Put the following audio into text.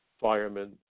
firemen